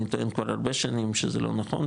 אני טוען כבר הרבה שנים שזה לא נכון,